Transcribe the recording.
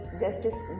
justice